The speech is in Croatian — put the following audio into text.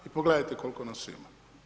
I pogledajte koliko nas ima.